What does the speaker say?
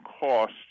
costs